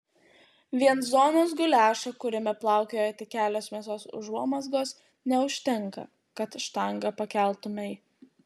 vien zonos guliašo kuriame plaukioja tik kelios mėsos užuomazgos neužtenka kad štangą pakeltumei